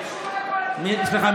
סליחה,